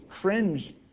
cringe